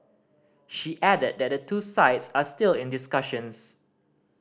she added that the two sides are still in discussions